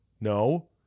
No